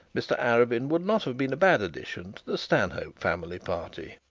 mr arabin would not have been a bad addition to the stanhope family party.